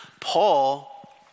Paul